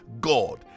god